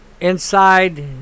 inside